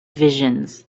visions